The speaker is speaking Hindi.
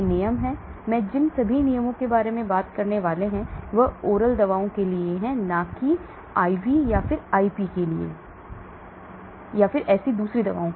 यह नियम है मैं जिन सभी नियमों के बारे में बात करने जा रहा हूं वह oral दवा के लिए है न कि IV या IP के लिए और इसी तरह